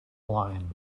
line